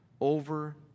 over